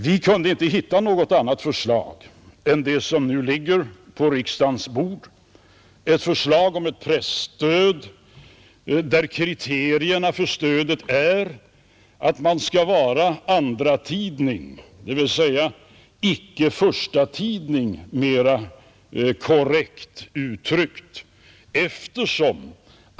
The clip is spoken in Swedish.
Vi kunde inte hitta något annat förslag än det som nu ligger på riksdagens bord, ett förslag om ett presstöd, där kriterierna för att få stödet är att en tidning skall vara andratidning, dvs. icke förstatidning mer korrekt uttryckt.